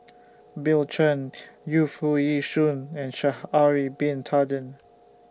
Bill Chen Yu Foo Yee Shoon and Sha'Ari Bin Tadin